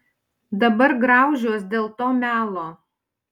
dabar griaužiuos dėl to melo